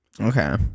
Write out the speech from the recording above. Okay